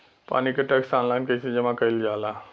पानी क tax online कईसे जमा कईल जाला?